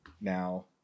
now